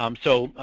um so,